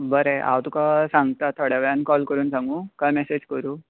बरें हांव तुका सांगता थोड्या वेळान कॉल करून सांगू काय मेसेज करूं